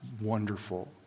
wonderful